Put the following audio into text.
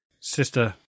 Sister